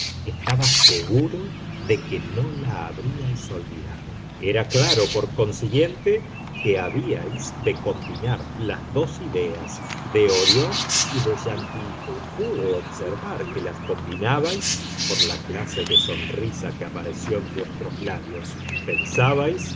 estaba seguro de que no la habríais olvidado era claro por consiguiente que habíais de combinar las dos ideas de orión y de chantilly pude observar que las combinabais por la clase de sonrisa que apareció en vuestros labios pensabais